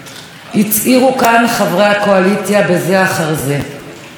שהתקציב יגיע והתוכנית הלאומית תצא לדרך,